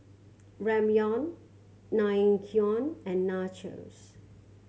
Ramyeon Naengmyeon and Nachos